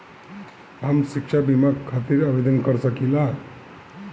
हम शिक्षा बीमा खातिर आवेदन कर सकिला?